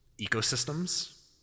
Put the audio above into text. ecosystems